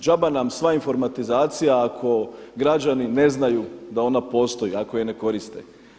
Džaba nam sva informatizacija ako građani ne znaju da ona postoji ako je ne koriste.